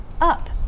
up